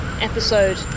episode